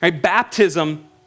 Baptism